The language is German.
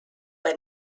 bei